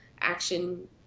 action